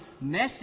message